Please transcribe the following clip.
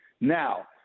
Now